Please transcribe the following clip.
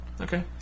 okay